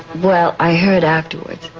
well i heard afterwards